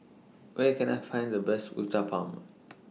Where Can I Find The Best Uthapam